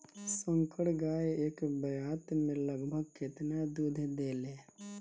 संकर गाय एक ब्यात में लगभग केतना दूध देले?